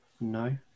no